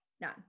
none